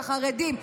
את החרדים,